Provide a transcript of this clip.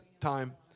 time